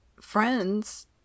friends